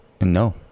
No